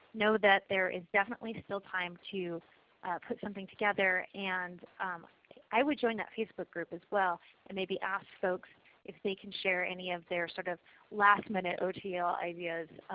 know that there is definitely still time to put something together. and i would join that facebook group as well and maybe ask folks if they can share any of their sort of last minute otl ideas.